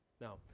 Now